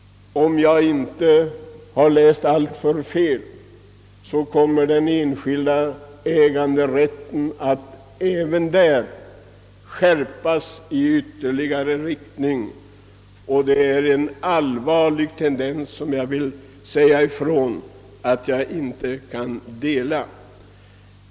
Om jag inte har läst alltför fel, kommer den enskilda äganderätten att även där skärpas ytterligare. Det är en allvarlig tendens som jag vill säga ifrån att jag inte kan godta.